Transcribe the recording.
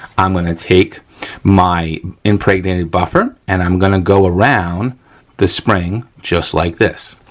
i'm gonna take my impregnated buffer and i'm gonna go around the spring just like this.